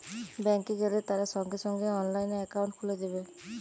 bank এ গেলে তারা সঙ্গে সঙ্গে অনলাইনে একাউন্ট খুলে দেবে